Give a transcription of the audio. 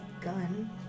gun